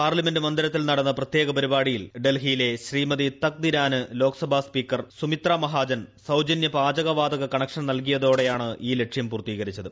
parliament മന്ദിരത്തിൽ നടന്ന പ്രത്യേക പരിപാടിയിൽ ഡൽഹിയിലെ ശ്രീമതി ത്ക്ക് ദ്വീരാന് ലോക്സഭ സ്പീക്കർ സുമിത്രാ മഹാജൻ സൌജ്നൃ പാചക വാതക കണക്ഷൻ നൽകിയതോടെയാണ് ഈ ലക്ഷ്യം പൂർത്തീകരിച്ചത്